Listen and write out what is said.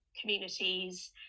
communities